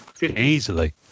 easily